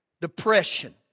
depression